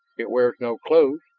it wears no clothes,